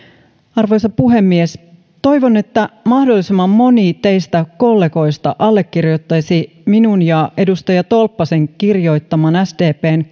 arvoisa puhemies toivon että mahdollisimman moni teistä kollegoista allekirjoittaisi minun ja edustaja tolppasen kirjoittaman sdpn